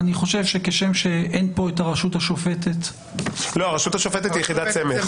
כשם שאין פה את הרשות השופטת --- הרשות השופטת היא יחידת סמך.